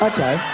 Okay